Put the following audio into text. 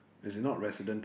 as in not residents